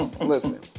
listen